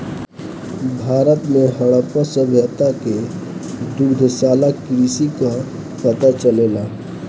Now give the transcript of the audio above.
भारत में हड़प्पा सभ्यता से दुग्धशाला कृषि कअ पता चलेला